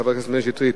חבר הכנסת מאיר שטרית.